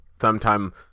sometime